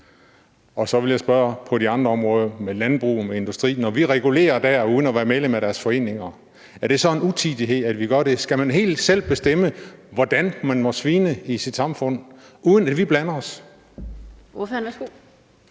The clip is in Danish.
Og så vil jeg spørge til de andre områder, landbruget og industrien: Når vi regulerer dér uden at være medlemmer af deres foreninger, er det så en utidighed, at vi gør det? Skal man helt selv bestemme, hvordan man må svine i sit samfund, uden at vi blander os?